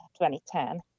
2010